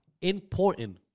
important